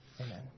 Amen